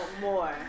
more